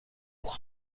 pour